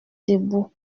debout